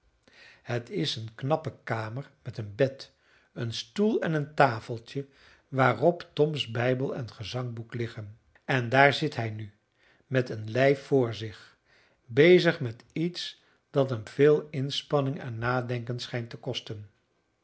het is een knappe kamer met een bed een stoel en een tafeltje waarop toms bijbel en gezangboek liggen en daar zit hij nu met een lei voor zich bezig met iets dat hem veel inspanning en nadenken schijnt te kosten